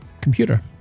computer